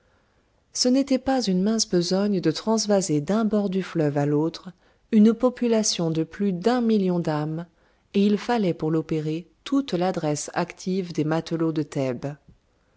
ce n'était pas une mince besogne de transvaser d'un bord du fleuve à l'autre une population de plus d'un million d'âmes et il fallait pour l'opérer toute l'adresse active des matelots de thèbes